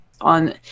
on